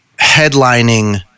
headlining